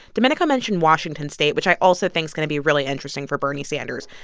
domenico mentioned washington state, which i also think's going to be really interesting for bernie sanders.